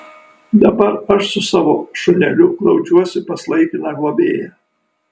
dabar aš su savo šuneliu glaudžiuosi pas laikiną globėją